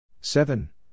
Seven